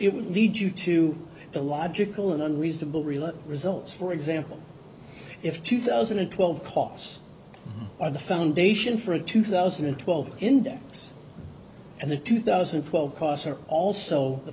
it would lead you to the logical and reasonable real results for example if two thousand and twelve cos are the foundation for a two thousand and twelve index and the two thousand and twelve costs are also the